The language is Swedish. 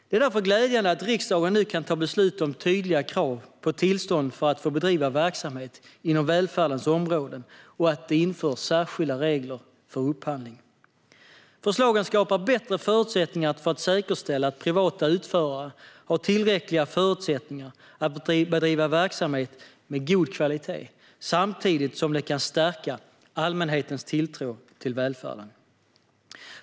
Det är därför glädjande att riksdagen nu kan ta beslut om tydliga krav på tillstånd för att få bedriva verksamhet inom välfärdens områden och att det införs särskilda regler för upphandling. Förslagen skapar bättre förutsättningar för att säkerställa att privata utförare har tillräckliga förutsättningar att bedriva verksamhet med god kvalitet, samtidigt som allmänhetens tilltro till välfärden kan stärkas.